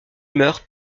meurt